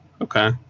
Okay